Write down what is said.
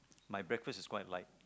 my breakfast is quite light